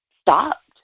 stopped